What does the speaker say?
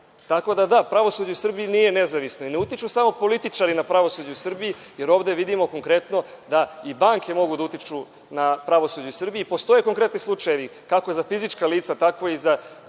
da pravosuđe u Srbiji nije nezavisno. Ne utiču samo političari na pravosuđe u Srbiji. Ovde vidimo konkretno da i banke mogu da utiču na pravosuđe u Srbiji. Postoje konkretni slučajevi kako za fizička lica, tako i za